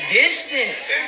distance